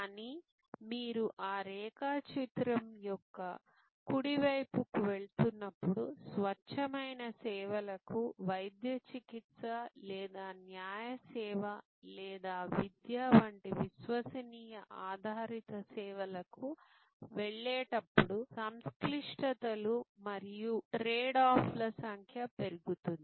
కానీ మీరు ఆ రేఖాచిత్రం యొక్క కుడి వైపుకు వెళుతున్నప్పుడు స్వచ్ఛమైన సేవలకు వైద్య చికిత్స లేదా న్యాయ సేవ లేదా విద్య వంటి విశ్వసనీయ ఆధారిత సేవలకు వెళ్ళేటప్పుడు సంక్లిష్టతలు మరియు ట్రేడ్ఆఫ్ల సంఖ్య పెరుగుతుంది